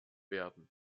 werden